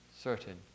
certain